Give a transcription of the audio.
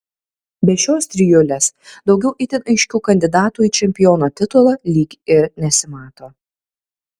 be šios trijulės daugiau itin aiškių kandidatų į čempiono titulą lyg ir nesimato